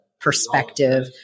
perspective